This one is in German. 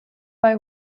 bei